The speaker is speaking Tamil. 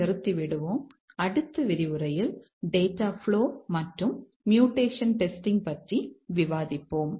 பாத் பற்றி விவாதிப்போம்